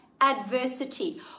Adversity